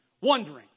Wondering